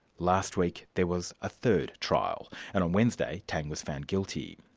last week, there was a third trial, and on wednesday, tang was found guilty.